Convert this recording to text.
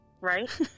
Right